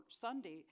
Sunday